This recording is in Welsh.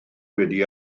wedi